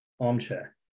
armchair